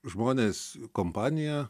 žmonės kompanija